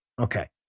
Okay